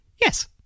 yes